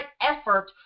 effort